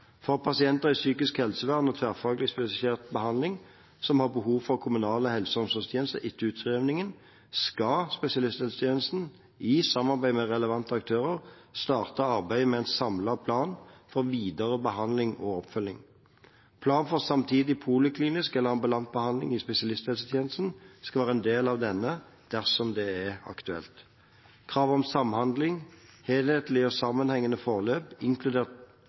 For pasienter i psykisk helsevern og tverrfaglig spesialisert behandling som har behov for kommunale helse- og omsorgstjenester etter utskrivning, skal spesialisthelsetjenesten – i samarbeid med relevante aktører – starte arbeidet med en samlet plan for videre behandling og oppfølging. En plan for samtidig poliklinisk eller ambulant behandling i spesialisthelsetjenesten skal være en del av denne dersom det er aktuelt. Krav om samhandling, helhetlige og sammenhengende forløp – inkludert